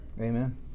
Amen